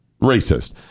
racist